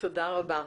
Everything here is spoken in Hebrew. תודה רבה.